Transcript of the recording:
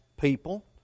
people